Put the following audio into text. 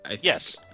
yes